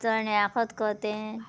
चण्या खतखतें